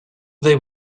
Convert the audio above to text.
they